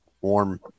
warm